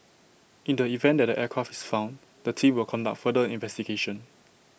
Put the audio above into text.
in the event that the aircraft is found the team will conduct further investigation